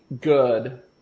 good